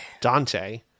dante